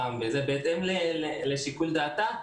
בהתאם לשיקול דעתה,